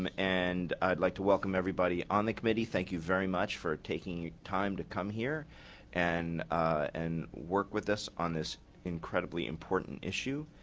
um and i'd like to welcome everybody on the committee. thank you very much for taking time to come here and and work with us on this incredibly important issue.